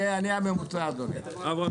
אני הממוצע, אדוני.